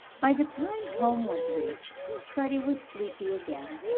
by the time home was reached, freddie was sleepy again.